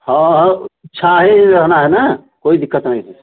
हाँ हाँ छाहीं रहना है ना कोई दिक्कत नहीं है